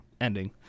ending